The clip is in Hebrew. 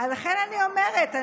לכן אני אומרת,